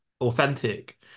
authentic